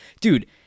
Dude